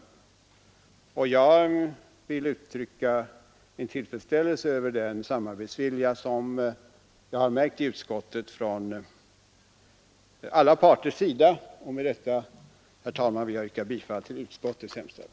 Jag vill uttrycka min tillfredsställelse över den samarbetsvilja som jag har märkt i utskottet från alla parters sida. Med detta, herr talman, vill jag yrka bifall till utskottets hemställan.